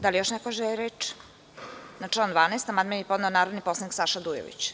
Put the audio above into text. Da li još neko želi reč? (Ne.) Na član 12. amandman je podneo narodni poslanik Saša Dujović.